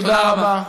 תודה רבה.